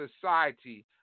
society